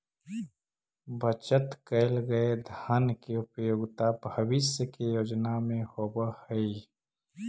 बचत कैल गए धन के उपयोगिता भविष्य के योजना में होवऽ हई